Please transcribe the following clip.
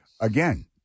again